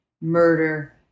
murder